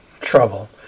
trouble